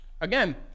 Again